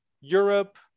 Europe